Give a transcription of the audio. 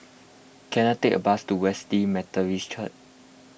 can I take a bus to Wesley Methodist Church